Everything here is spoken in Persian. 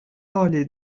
حالی